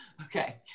Okay